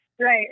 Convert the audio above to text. Right